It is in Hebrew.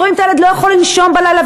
ולא יכול לנשום בלילה,